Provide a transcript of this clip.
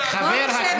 מחר.